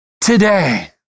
today